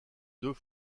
deux